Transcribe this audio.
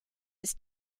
his